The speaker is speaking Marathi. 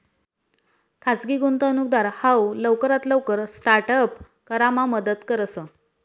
खाजगी गुंतवणूकदार हाऊ लवकरात लवकर स्टार्ट अप करामा मदत करस